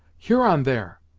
huron there!